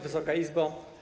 Wysoka Izbo!